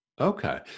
Okay